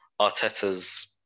Arteta's